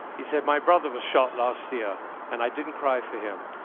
he said, my brother was shot last year and i didn't cry for him.